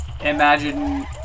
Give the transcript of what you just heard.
imagine